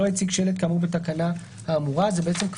שלא הציג שלט כאמור בתקנה האמורה,".